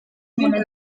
umuntu